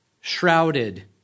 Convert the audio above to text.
shrouded